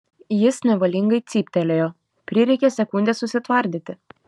jis nevalingai cyptelėjo prireikė sekundės susitvardyti